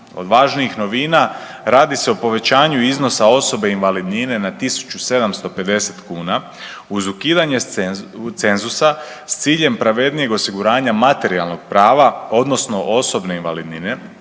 Od važnijih novina radi se o povećanju iznosa osobe invalidnine na 1.750 kuna uz ukidanje cenzusa s ciljem pravednijeg osiguranja materijalnog prava odnosno osobne invalidnine,